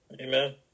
Amen